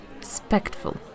respectful